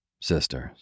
Sisters